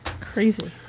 Crazy